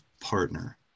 partner